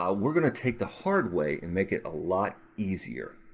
um we're going to take the hard way and make it a lot easier.